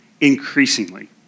increasingly